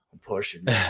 pushing